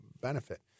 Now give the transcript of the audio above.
benefit